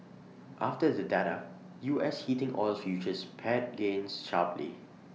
after the data U S heating oil futures pared gains sharply